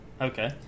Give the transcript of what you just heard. okay